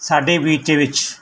ਸਾਡੇ ਬਗੀਚੇ ਵਿੱਚ